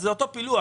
אז זה אותו פילוח.